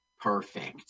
Perfect